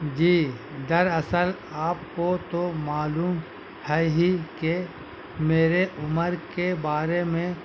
جی در اصل آپ کو تو معلوم ہے ہی کہ میرے عمر کے بارے میں